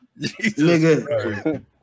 nigga